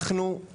אנחנו, כמובן,